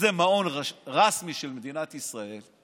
שזה מעון רשמי של מדינת ישראל,